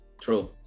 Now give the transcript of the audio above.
True